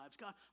God